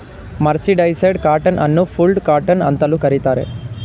mercerised cotton ಅನ್ನು ಫುಲ್ಡ್ cotton ಅಂತಲೂ ಕರಿತಾರೆ